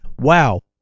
wow